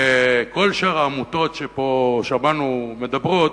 כל שאר העמותות ששמענו פה מדברות,